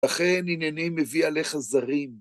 ‫לכן עניינים מביא עליך זרים.